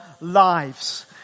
lives